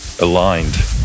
aligned